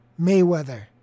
mayweather